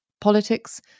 politics